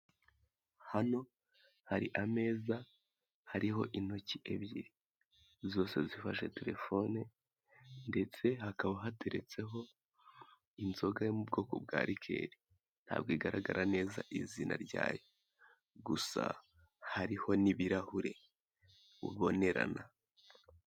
Hano hari ameza hariho intoki ebyiri zifashe terefone, ndetse hakaba hateretseho inzoga yo mu bwoko bwa rikeri ntabwo igaragara neza izina ryayo gusa hariho n'ibirahure ubonerana.